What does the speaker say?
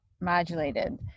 modulated